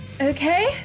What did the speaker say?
okay